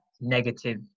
negative